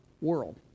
world